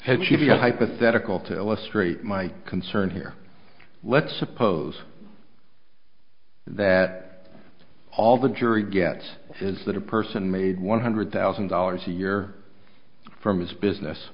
she a hypothetical to illustrate my concern here let's suppose that all the jury gets is that a person made one hundred thousand dollars a year from his business